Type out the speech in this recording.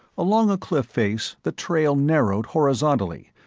along a cliff face the trail narrowed horizontally,